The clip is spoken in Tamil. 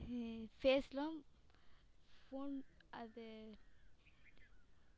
ஃபேஸ்லாம் ஃபோன் அது